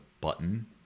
button